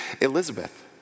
Elizabeth